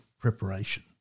preparation